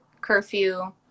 curfew